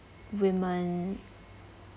women